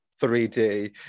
3D